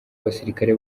abasirikare